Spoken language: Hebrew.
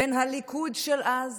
בין הליכוד של אז